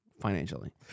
financially